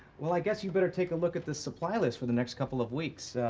well, i guess you'd better take a look at the supply list for the next couple of weeks.